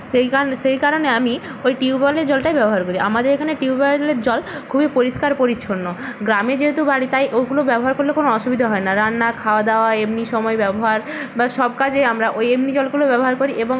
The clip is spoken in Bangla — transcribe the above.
সেই কারণে সেই কারণে আমি ওই টিউবওয়েলের জলটাই ব্যবহার করি আমাদের এখানে টিউবওয়েলের জল খুবই পরিষ্কার পরিচ্ছন্ন গ্রামে যেহেতু বাড়ি তাই ওইগুলো ব্যবহার করলে কোনো অসুবিধে হয় না রান্না খাওয়া দাওয়া এমনি সময় ব্যবহার বা সব কাজেই আমরা ওই এমনি জলগুলো ব্যবহার করি এবং